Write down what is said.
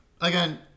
again